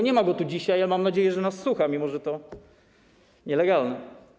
Nie ma go tu dzisiaj, ale mam nadzieję, że nas słucha, mimo że to nielegalne.